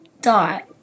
dot